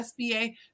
SBA